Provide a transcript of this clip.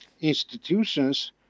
institutions